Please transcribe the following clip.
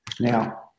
now